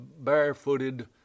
barefooted